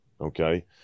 okay